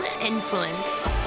influence